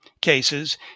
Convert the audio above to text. cases